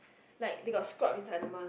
like they got scrub inside the mask